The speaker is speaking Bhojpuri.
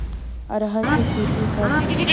अरहर के खेती कब होला?